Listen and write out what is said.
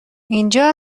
اینجا